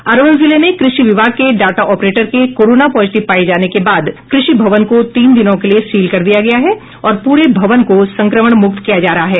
अरवल जिले में कृषि विभाग के डाटा ऑपरेटर के कोरोना पॉजिटिव पाए जाने के बाद कृषि भवन को तीन दिनों के लिए सील कर दिया गया है और पूरे भवन को संक्रमण मुक्त किया जा रहा है